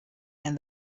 and